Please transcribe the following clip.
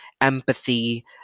empathy